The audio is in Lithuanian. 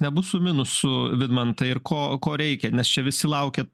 nebus su minusu vidmantai ir ko ko reikia nes čia visi laukia